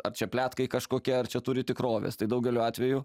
ar čia pletkai kažkokie ar čia turi tikrovės tai daugeliu atveju